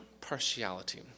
partiality